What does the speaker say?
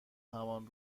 همان